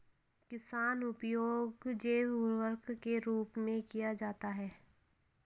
किसका उपयोग जैव उर्वरक के रूप में किया जाता है?